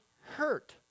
hurt